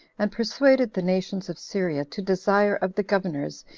and persuaded the nations of syria to desire of the governors,